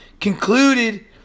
concluded